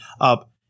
up